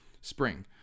spring